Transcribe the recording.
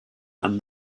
and